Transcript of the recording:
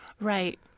Right